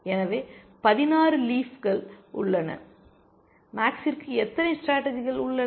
எனவே 16 லீஃப்கள் உள்ளன மேக்ஸ்ற்கு எத்தனை ஸ்டேடர்ஜிகள் உள்ளன